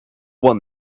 won